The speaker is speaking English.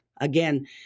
again